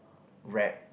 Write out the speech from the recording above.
rap